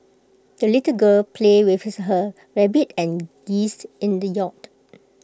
the little girl played with her rabbit and geese in the yard